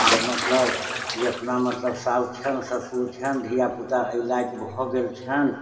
आब मतलब जे अपना मतलब साउस छनि ससुर छनि धीयापुता एहि लायक भऽ गेल छनि